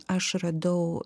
aš radau